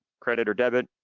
credit or debit.